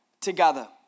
together